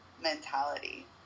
mentality